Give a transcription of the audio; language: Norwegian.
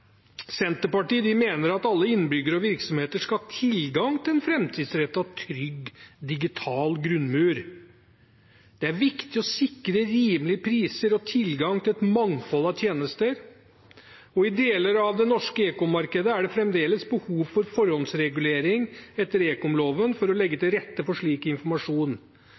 Senterpartiet mener at alle innbyggere og virksomheter skal ha tilgang til en framtidsrettet, trygg digital grunnmur. Det er viktig å sikre rimelige priser og tilgang til et mangfold av tjenester. I deler av det norske ekommarkedet er det fremdeles behov for forhåndsregulering etter ekomloven for å legge til rette for slik informasjon.